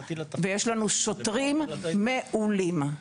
ויש לנו שוטרים מעולים.